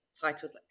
titles